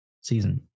season